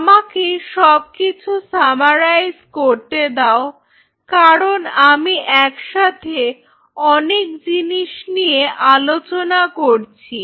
আমাকে সবকিছু সামারাইজ করতে দাও কারণ আমি একসাথে অনেক জিনিস নিয়ে আলোচনা করছি